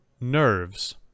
nerves